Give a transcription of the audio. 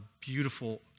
beautiful